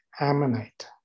Ammonite